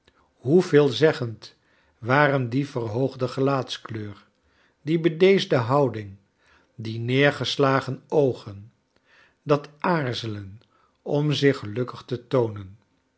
hoc veelzeggend waren die verhoogde gelaatskleur die bedeesde houding die neergeslagen oogen dat aarzelen om zich gelukkig te toonen